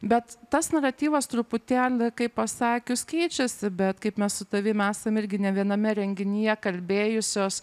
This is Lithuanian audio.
bet tas naratyvas truputėlį kaip pasakius keičiasi bet kaip mes su tavim esam irgi ne viename renginyje kalbėjusios